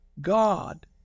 God